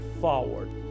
forward